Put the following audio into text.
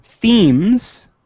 Themes